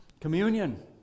Communion